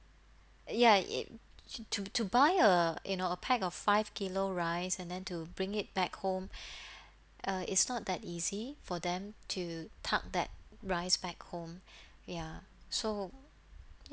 ya it to to to buy a you know a pack of five kilo rice and then to bring it back home uh is not that easy for them to tug that rice back home ya so